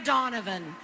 Donovan